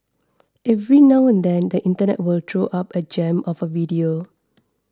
every now and then the internet will throw up a gem of a video